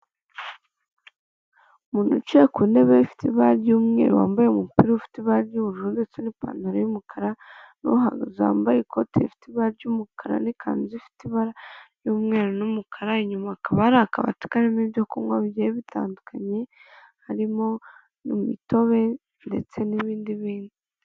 Umuntu wicaye ku ntebe ifite ibara ry'umweru wambaye umupira ufite ibara ry'ubururu ndetse n'ipantaro y'umukara n'uhagaze yambaye ikoti rifite ibara ry'umukara n'ikanzu ifite ibara ry'umweru n'umukara inyuma hakaba hari akabati karimo ibyo kunywa bigiye bitandukanye harimo n'imitobe ndetse n'ibindi bintu.